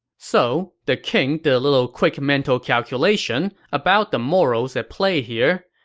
so, the king did a little quick mental calculation about the morals at play here,